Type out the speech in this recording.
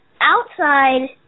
outside